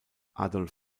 adolf